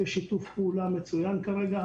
יש שיתוף פעולה מצוין כרגע,